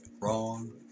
wrong